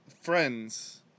Friends